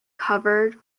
covered